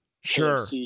sure